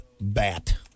bat